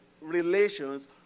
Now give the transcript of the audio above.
relations